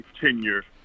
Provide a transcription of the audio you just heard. tenure